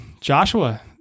Joshua